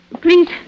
please